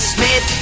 Smith